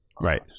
right